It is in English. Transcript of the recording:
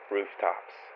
Rooftops